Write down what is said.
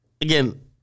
Again